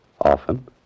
Often